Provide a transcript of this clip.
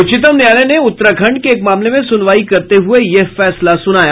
उच्चतम न्यायालय ने उत्तराखण्ड के एक मामले में सुनवाई करते हुये यह फैसला सुनाया